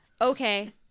okay